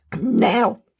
Now